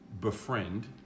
befriend